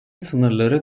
sınırları